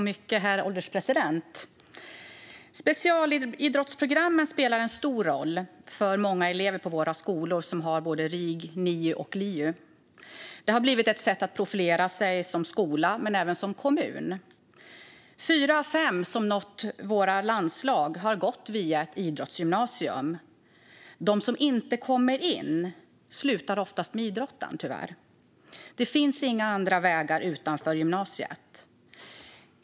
Herr ålderspresident! Specialidrottsprogrammen spelar en stor roll för många elever på våra skolor som har både RIG, NIU och LIU. De har blivit ett sätt att profilera sig som skola, men även som kommun. Fyra av fem som nått våra landslag har gått via ett idrottsgymnasium. De som inte kommer in slutar oftast med idrotten, tyvärr. Det finns inga andra vägar utanför gymnasiet.